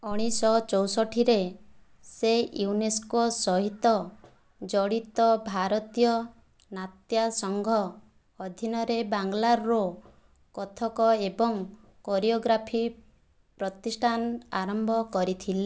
ଊଣାଇଶଶହ ଚଉଷଠି ରେ ସେ ୟୁନେସ୍କୋ ସହିତ ଜଡ଼ିତ ଭାରତୀୟ ନାଟ୍ୟ ସଂଘ ଅଧୀନରେ ବାଙ୍ଗାଲୋରର କଥକ ଏବଂ କୋରିଓଗ୍ରାଫି ପ୍ରତିଷ୍ଠାନ ଆରମ୍ଭ କରିଥିଲେ